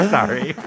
Sorry